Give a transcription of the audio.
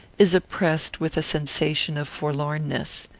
is oppressed with a sensation of forlornness.